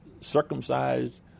circumcised